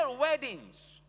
weddings